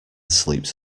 sleeps